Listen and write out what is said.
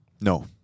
No